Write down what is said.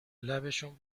لبشون